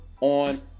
On